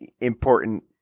important